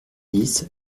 dix